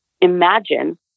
imagine